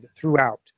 throughout